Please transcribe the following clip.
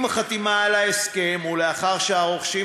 עם החתימה על ההסכם ולאחר שהרוכשים